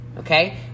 Okay